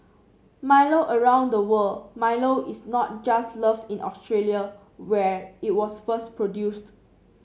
Milo around the world Milo is not just loved in Australia where it was first produced